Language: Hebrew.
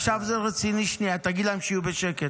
עכשיו זה רציני שנייה, תגיד להם שיהיו בשקט,